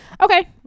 Okay